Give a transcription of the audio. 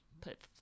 put